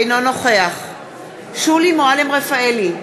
אינו נוכח שולי מועלם-רפאלי,